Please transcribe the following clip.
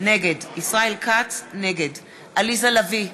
נגד עליזה לביא,